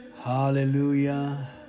Hallelujah